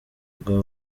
rwa